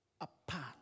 apart